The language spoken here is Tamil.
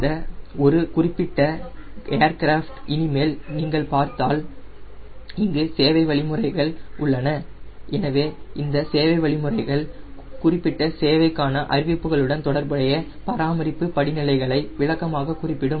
அந்த ஒரு குறிப்பிட்ட ஏர்கிராஃப்டை இனிமேல் நீங்கள் பார்த்தால் இங்கு சேவை வழிமுறைகள் உள்ளன எனவே இந்த சேவை வழிமுறைகள் குறிப்பிட்ட சேவைக்கான அறிவிப்புகளுடன் தொடர்புடைய பராமரிப்பு படிநிலைகளை விளக்கமாக குறிப்பிடும்